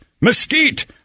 mesquite